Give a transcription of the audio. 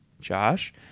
Josh